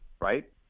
right